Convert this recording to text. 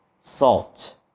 salt